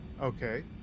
Okay